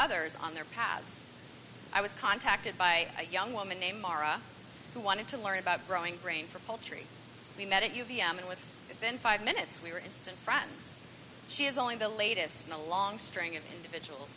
others on their paths i was contacted by a young woman named mara who wanted to learn about growing grain for poultry we met you v m and with within five minutes we were instant friends she is only the latest in a long string of individuals